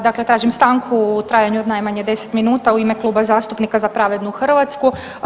Dakle tražim stanku u trajanju od najmanje 10 minuta u ime Kluba zastupnika Za pravednu Hrvatsku.